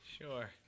Sure